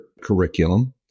curriculum